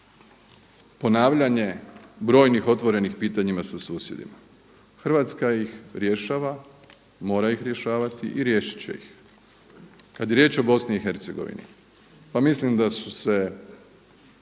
ponavljanje brojnih otvorenih pitanja sa susjedima. Hrvatska ih rješava, mora ih rješavati i riješit će ih. Kad je riječ o Bosni i Hercegovini pa mislim da su se